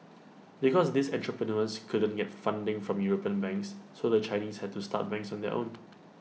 because these entrepreneurs couldn't get funding from european banks so the Chinese had to start banks on their own